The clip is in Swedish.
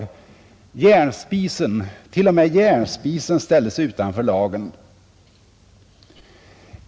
T. o. m, järnspisen ställdes utanför lagen.